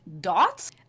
dots